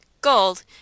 Gold